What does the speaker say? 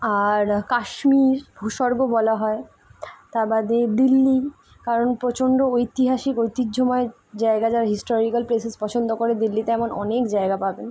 আর কাশ্মীর ভূস্বর্গ বলা হয় তা বাদে দিল্লি কারণ প্রচণ্ড ঐতিহাসিক ঐতিহ্যময়ের জায়গা যার হিস্টোরিক্যাল প্লেসেস পছন্দ করে দিল্লি তেমন অনেক জায়গা পাবেন